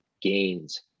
gains